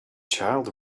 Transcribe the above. child